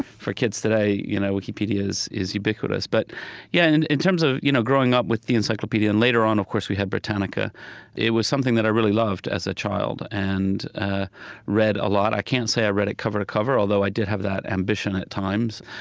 for kids today, you know wikipedia is is ubiquitous. but yeah, and in terms of you know growing up with the encyclopedia and later on, of course, we had britannica it was something that i really loved as a child and ah read a lot. i can't say i read it cover to cover, although i did have that ambition at times.